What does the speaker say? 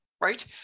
right